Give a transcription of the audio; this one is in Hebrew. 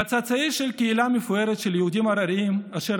כצאצא של קהילה מפוארת של יהודי הרריים אשר